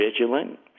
vigilant